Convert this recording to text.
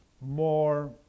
more